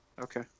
okay